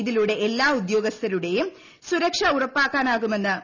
ഇതിലൂടെ എല്ലാ ഉദ്യോഗസ്ഥരുടെയും സുരക്ഷ ഉറപ്പാക്കാനാകുമെന്ന് ശ്രീ